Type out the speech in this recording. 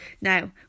Now